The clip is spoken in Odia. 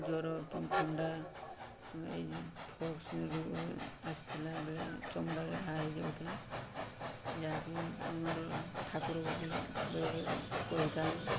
ଜ୍ୱର କି ଥଣ୍ଡା ଏଇ ଫକ୍ସ ରୋଗ ଆସିଥିଲା ବେଳେ ଚମଡ଼ାରେ ଘା ହେଇଯାଉଥିଲା ଯାହାକି ଆମର ଠାକୁର ବୋଲି ବେଳେବେଳେ କହିଥାଉ